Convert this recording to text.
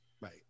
Right